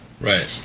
Right